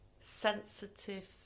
sensitive